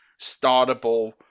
startable